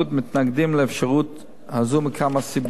מתנגדים לאפשרות הזאת מכמה סיבות: